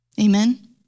Amen